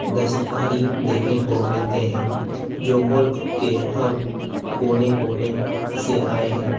دستکاری دیکھنے کو ملتے ہیں جو ملک کے ہر کونے کونے سے آئے ہیں